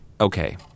okay